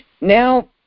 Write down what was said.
Now